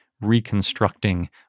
reconstructing